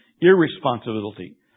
irresponsibility